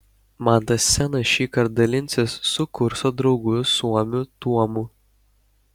mantas scena šįkart dalinsis su kurso draugu suomiu tuomu